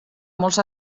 molts